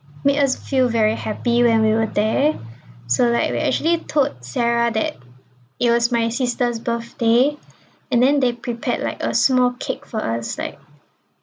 made us feel very happy when we were there so like we actually told sarah that it was my sister's birthday and then they prepared like a small cake for us like